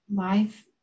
Life